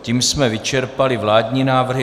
Tím jsme vyčerpali vládní návrhy.